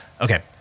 okay